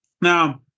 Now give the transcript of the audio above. Now